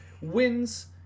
wins